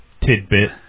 tidbit